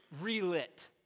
relit